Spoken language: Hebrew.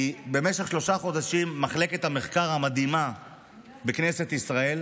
כי במשך שלושה חודשים מחלקת המחקר המדהימה בכנסת ישראל,